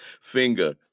finger